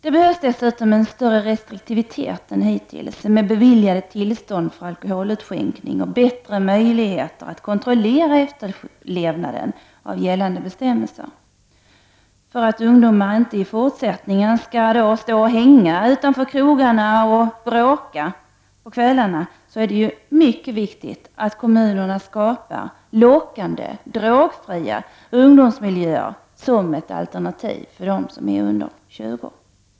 Det behövs dessutom en större restriktivitet än hittills med beviljade tillstånd för alkoholutskänkning och bättre möjligheter att kontrollera efterlevnaden av gällande bestämmelser. För att ungdomar inte i fortsättningen skall stå utanför krogarna och hänga på kvällarna och bråka, är det mycket viktigt att kommunerna skapar lockande drogfria ungdomsmiljöer som ett alternativ för ungdomar under 20.